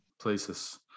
places